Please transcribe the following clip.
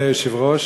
מעוניין להשיב.